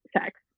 sex